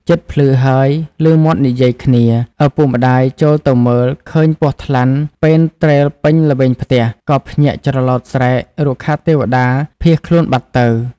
ជិតភ្លឺហើយ ឭមាត់និយាយគ្នា ឪពុកម្ដាយចូលទៅមើលឃើញពស់ថ្លាន់ពេនទ្រេលពេញល្វែងផ្ទះ ក៏ភ្ញាក់ច្រឡោតស្រែក រុក្ខទេវតា ភៀសខ្លួនបាត់ទៅ។